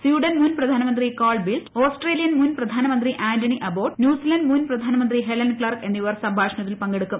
Sweden മുൻ പ്രധാനമന്ത്രി Carl Bildt Australian മുൻ പ്രധാനമന്ത്രി ആന്റണി അബോട്ട് ന്യൂസിലന്റ് മുൻ പ്രധാനമന്ത്രി ഹെലൻ ക്ലർക്ക് എന്നിവർ സംഭാഷണത്തിൽ പങ്കെ ടുക്കും